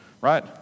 Right